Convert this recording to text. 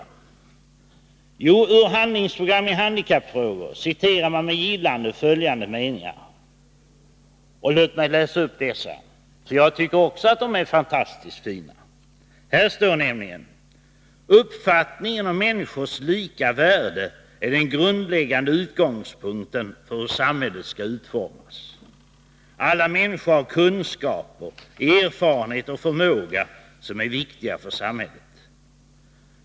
Jo, ur regeringens skrivelse om handlingsprogram i handikappfrågor citerar man med gillande följande meningar — jag vill läsa upp dem därför att också jag tycker att de är fantastiskt fina: ”Uppfattningen om människors lika värde är den grundläggande utgångspunkten för hur samhället skall utformas. Alla människor har kunskaper, erfarenheter och förmåga, som är viktiga för samhället.